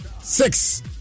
six